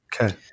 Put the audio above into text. Okay